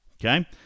okay